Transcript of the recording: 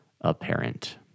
apparent